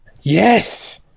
Yes